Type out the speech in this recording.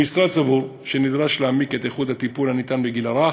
המשרד סבור שנדרש להעמיק את איכות הטיפול הניתן בגיל הרך,